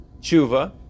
tshuva